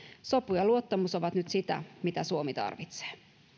sopu ja luottamus ovat nyt sitä mitä suomi tarvitsee